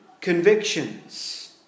convictions